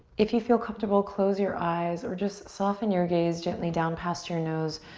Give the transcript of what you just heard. if you feel comfortable, close your eyes or just soften your gaze gently down past your nose.